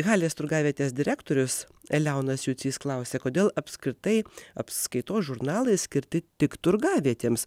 halės turgavietės direktorius leonas jucys klausia kodėl apskritai apskaitos žurnalai skirti tik turgavietėms